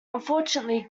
unfortunately